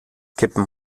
kippen